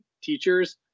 teachers